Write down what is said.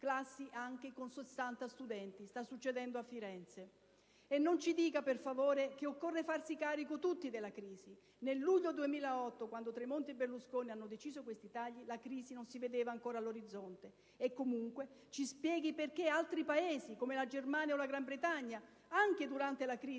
classi anche con sessanta studenti (sta succedendo a Firenze). E non ci dica, per favore, che occorre farsi carico tutti della crisi: nel luglio 2008, quando Tremonti e Berlusconi hanno deciso questi tagli, la crisi non si vedeva ancora all'orizzonte. E, comunque, ci spieghi perché altri Paesi, come la Germania o la Gran Bretagna, anche durante la crisi